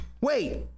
Wait